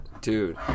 Dude